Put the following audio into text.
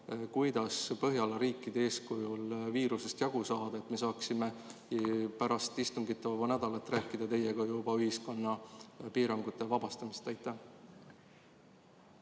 kuidas Põhjala riikide eeskujul viirusest jagu saada, et me saaksime pärast istungitevaba nädalat rääkida teiega juba ühiskonna piirangutest vabastamisest? Aitäh!